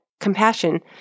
compassion